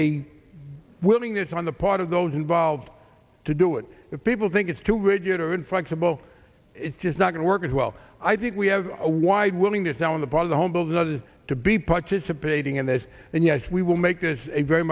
a willingness on the part of those involved to do it if people think it's too rigid or good for example it's just not going to work as well i think we have a wide willingness now on the part of the homebuilders others to be participating in this and yes we will make this a very